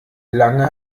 lange